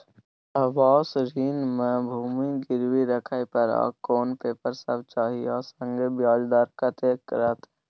आवास ऋण म भूमि गिरवी राखै पर आर कोन पेपर सब चाही आ संगे ब्याज दर कत्ते रहते?